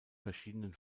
verschiedenen